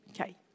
Okay